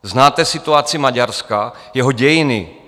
Znáte situaci Maďarska, jeho dějiny?